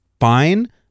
fine